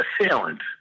assailant